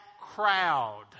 crowd